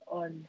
on